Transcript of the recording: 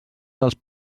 dels